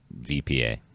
vpa